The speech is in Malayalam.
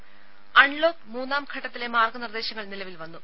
ത അൺലോക്ക് മൂന്നാംഘട്ടത്തിലെ മാർഗ്ഗ നിർദ്ദേശങ്ങൾ നിലവിൽ വന്നു